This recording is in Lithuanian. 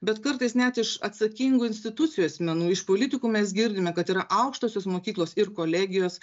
bet kartais net iš atsakingų institucijų asmenų iš politikų mes girdime kad yra aukštosios mokyklos ir kolegijos